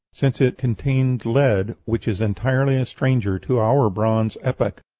since it contains lead, which is entirely a stranger to our bronze epoch.